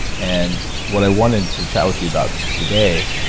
and what i wanted to chat with you about today,